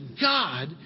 God